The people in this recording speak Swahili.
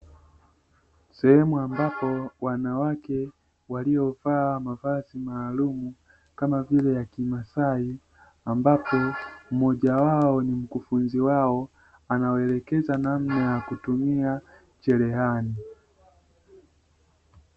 Sehemu ambapo wanawake waliovaa mavazi maalumu kama vile ya kimaasai, ambapo mmoja wao ni mkufunzi wao anawaelekeza namna ya kutumia cherehani.